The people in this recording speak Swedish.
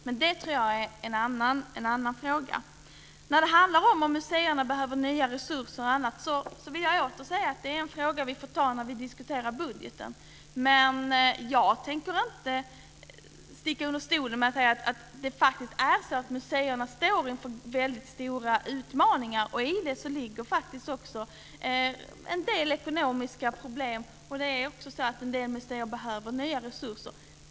Men det är en annan fråga. Frågan om museerna behöver nya resurser och annat är en fråga vi får ta när vi diskuterar budgeten. Jag tänker inte sticka under stol med att museerna står inför väldigt stora utmaningar. I det ligger en del ekonomiska problem, och en del museer behöver nya resurser.